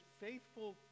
faithful